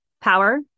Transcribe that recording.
Power